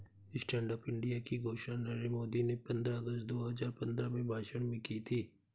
stand up India की घोषणा नरेंद्र मोदी ने पंद्रह अगस्त दो हजार पंद्रह में भाषण में की थी